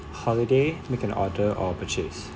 holiday make an order or purchase